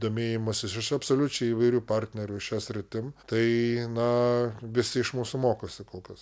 domėjimasis iš absoliučiai įvairių partnerių šia sritim tai na visi iš mūsų mokosi kol kas